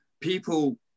people